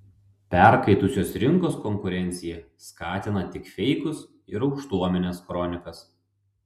perkaitusios rinkos konkurencija skatina tik feikus ir aukštuomenės kronikas